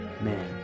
Man